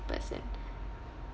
person